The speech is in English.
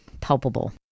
palpable